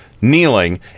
kneeling